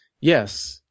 Yes